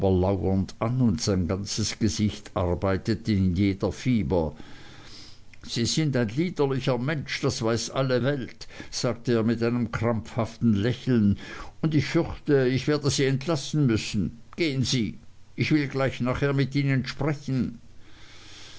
und sein ganzes gesicht arbeitete in jeder fiber sie sind ein liederlicher mensch das weiß alle welt sagte er mit einem krampfhaften lächeln und ich fürchte ich werde sie entlassen müssen gehen sie ich will gleich nachher mit ihnen sprechen